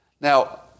Now